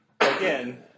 again